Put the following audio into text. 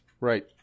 Right